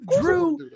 drew